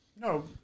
No